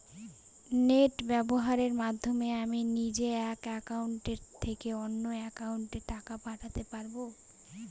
Net ব্যবহারের মাধ্যমে আমি নিজে এক অ্যাকাউন্টের থেকে অন্য অ্যাকাউন্টে টাকা পাঠাতে পারব?